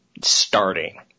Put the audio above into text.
starting